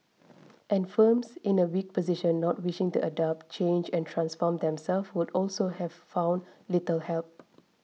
and firms in a weak position not wishing to adapt change and transform themselves would also have found little help